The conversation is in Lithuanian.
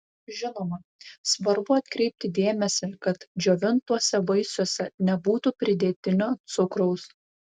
žinoma svarbu atkreipti dėmesį kad džiovintuose vaisiuose nebūtų pridėtinio cukraus